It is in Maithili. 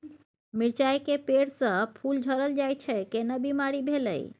मिर्चाय के पेड़ स फूल झरल जाय छै केना बीमारी भेलई?